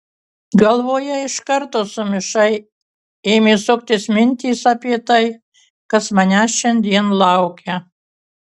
galvoje iš karto sumišai ėmė suktis mintys apie tai kas manęs šiandien laukia